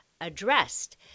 addressed